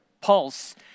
pulse